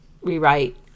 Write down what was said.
rewrite